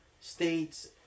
states